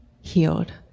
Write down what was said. Healed